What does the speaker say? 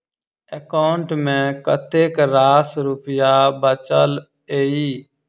account मे कतेक रास रुपया बचल एई